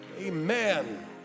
Amen